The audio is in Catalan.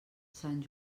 sant